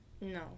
No